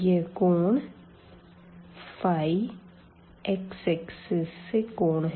यह कोण x axis से कोण है